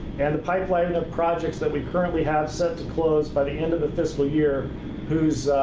and the pipeline of projects that we currently have set to close by the end of the fiscal year whose